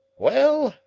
well,